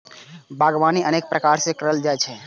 बागवानी अनेक प्रकार सं कैल जाइ छै